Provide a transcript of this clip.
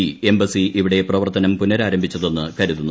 E embassy ഇവിടെ പ്രവർത്തനം പുനരാരംഭിച്ചതെന്ന് കരുതുന്നു